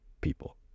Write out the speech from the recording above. people